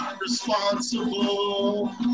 responsible